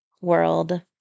World